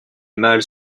mâles